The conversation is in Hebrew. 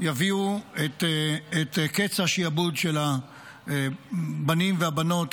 יביאו את קץ השעבוד של הבנים והבנות,